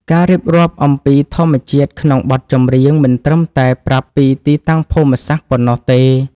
ការរៀបរាប់អំពីធម្មជាតិក្នុងបទចម្រៀងមិនត្រឹមតែប្រាប់ពីទីតាំងភូមិសាស្ត្រប៉ុណ្ណោះទេ។